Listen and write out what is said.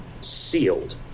sealed